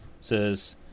says